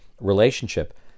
relationship